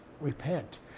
Repent